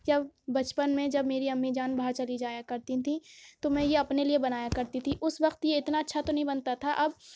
جب بچپن میں جب میری امی جان باہر چلی جایا کرتی تھیں تو میں یہ اپنے لیے بنایا کرتی تھی اس وقت یہ اتنا اچھا تو نہیں بنتا تھا اب